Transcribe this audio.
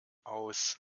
aus